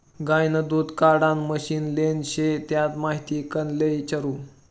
गायनं दूध काढानं मशीन लेनं शे त्यानी माहिती कोणले इचारु?